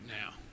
now